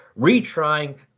retrying